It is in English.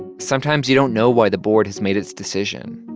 sometimes, you don't know why the board has made its decision.